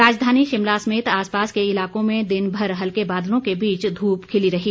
राजधानी शिमला समेत आस पास के इलाकों में दिनभर हल्के बादलों के बीच धूप खिली रही